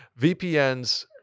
VPNs